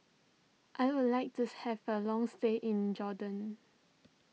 I would like to have a long stay in Jordan